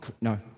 no